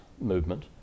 movement